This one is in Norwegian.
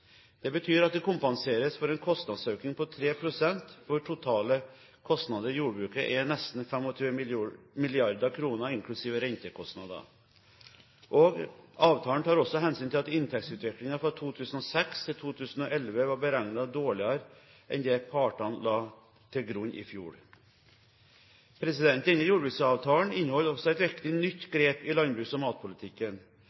Det betyr at det kompenseres for en kostnadsøkning på 3 pst., for totale kostnader i jordbruket er nesten 25 mrd. kr, inklusiv rentekostnader. Avtalen tar også hensyn til at inntektsutviklingen fra 2006 til 2011 var beregnet å være dårligere enn det partene la til grunn i fjor. Denne jordbruksavtalen inneholder også et viktig nytt